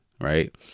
Right